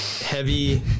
Heavy